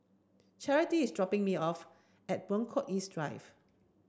Charity is dropping me off at Buangkok East Drive